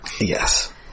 Yes